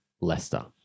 Leicester